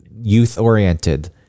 youth-oriented